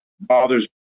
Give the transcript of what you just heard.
bothers